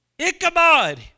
Ichabod